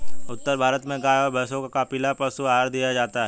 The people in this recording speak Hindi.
उत्तर भारत में गाय और भैंसों को कपिला पशु आहार दिया जाता है